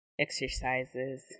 exercises